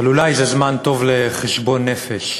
אבל אולי זה זמן טוב לחשבון נפש,